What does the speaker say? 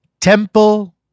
Temple